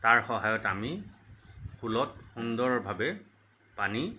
তাৰ সহায়ত আমি ফুলত সুন্দৰভাৱে পানী